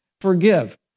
Forgive